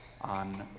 on